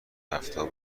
هفتهها